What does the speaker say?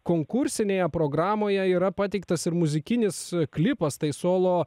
konkursinėje programoje yra pateiktas ir muzikinis klipas tai solo